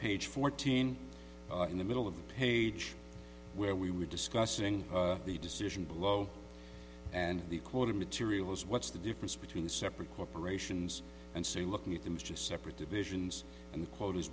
page fourteen in the middle of the page where we were discussing the decision below and the quoted material is what's the difference between the separate corporations and say looking at them is just separate divisions and quotas